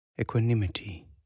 equanimity